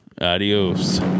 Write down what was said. adios